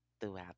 throughout